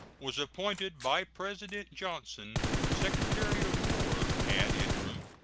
was appointed by president johnson secretary of war ad interim,